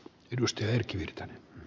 arvoisa puhemies